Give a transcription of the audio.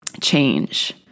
change